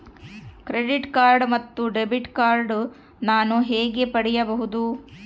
Credit card ಮತ್ತು debit card ನಾನು ಹೇಗೆ ಪಡೆಯಬಹುದು?